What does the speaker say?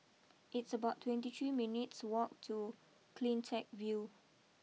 it's about twenty three minutes walk to Cleantech view